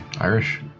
Irish